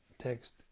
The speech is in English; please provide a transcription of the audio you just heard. Text